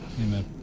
Amen